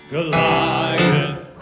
Goliath